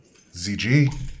ZG